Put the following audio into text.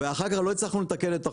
ואחר כך לא הצלחנו לתקן את החוק.